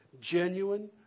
genuine